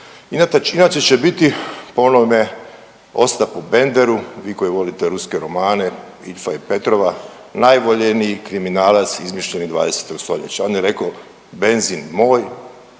Dretar inače će biti po onome Ostapu Benderu, vi koji volite ruske romane, Iljfa i Petrova, najvoljeniji kriminalac izmišljeni 20. stoljeća. On je rekao benzin moj,